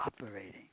operating